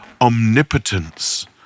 omnipotence